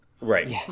Right